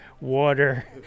water